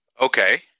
Okay